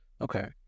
Okay